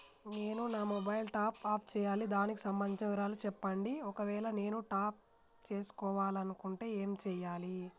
నేను నా mobile top up చేయాలి దానికి సంబంధించిన వివరాలు చెప్పండి ఒకవేళ నేను టాప్ చేసుకోవాలనుకుంటే ఏం చేయాలి?